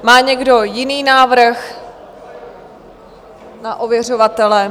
Má někdo jiný návrh na ověřovatele?